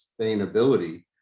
sustainability